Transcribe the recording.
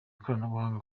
ikoranabuhanga